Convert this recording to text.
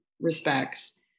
respects